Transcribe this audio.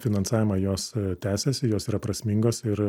finansavimą jos tęsiasi jos yra prasmingos ir